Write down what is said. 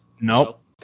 Nope